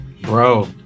Bro